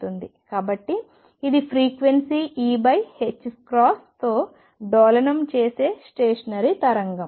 కాబట్టి ఇది frequency E తో డోలనం చేసే స్టేషనరీ తరంగం